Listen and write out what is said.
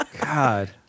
God